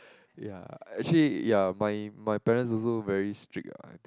ya actually ya my my parents also very strict ah